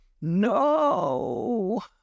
no